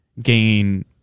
gain